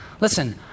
Listen